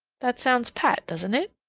that sounds pat, doesn't it?